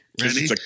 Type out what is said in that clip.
ready